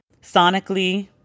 sonically